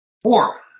Four